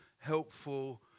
helpful